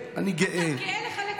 אני יודעת,